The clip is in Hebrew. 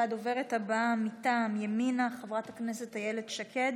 והדוברת הבאה, מטעם ימינה, חברת הכנסת איילת שקד.